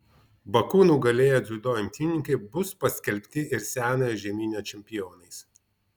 baku nugalėję dziudo imtynininkai bus paskelbti ir senojo žemyno čempionais